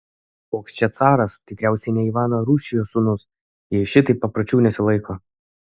koks čia caras tikriausiai ne ivano rūsčiojo sūnus jei šitaip papročių nesilaiko